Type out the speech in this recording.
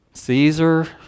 Caesar